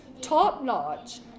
top-notch